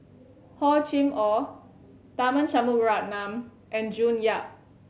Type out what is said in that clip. Hor Chim Or Tharman Shanmugaratnam and June Yap